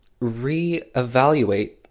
reevaluate